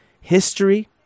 history